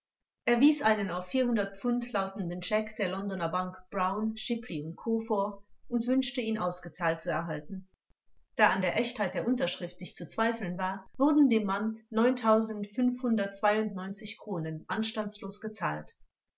er wies einen auf pfund laufen den der londoner bank brown schiply u co vor und wünschte ihn ausgezahlt zu erhalten da an der echtheit der unterschrift nicht zu zweifeln war wurden dem mann kronen anstandslos gezahlt